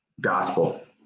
Gospel